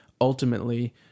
ultimately